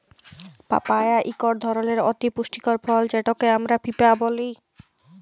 papaya ইকট ধরলের অতি পুষ্টিকর ফল যেটকে আমরা পিঁপা ব্যলি